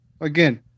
Again